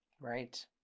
Right